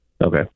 Okay